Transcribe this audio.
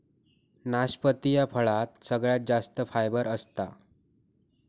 नाशपती ह्या फळात सगळ्यात जास्त फायबर असता